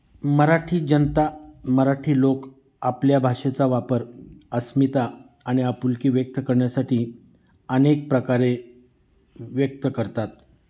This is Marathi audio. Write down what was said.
मराठी जनता मराठी लोक आपल्या भाषेचा वापर अस्मिता आणि आपुलकी व्यक्त करण्यासाठी अनेक प्रकारे व्यक्त करतात